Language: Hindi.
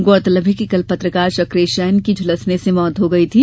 गौरतलब है कि कल पत्रकार चकेंश जैन की झलसने से मौत हो गयी थी